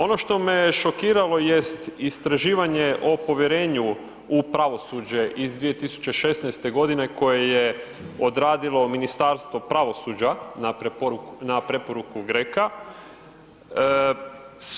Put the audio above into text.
Ono što me šokiralo jest istraživanje o povjerenju u pravosuđe iz 2016. g. koje je odradilo Ministarstvo pravosuđa na preporuku GRECO-a.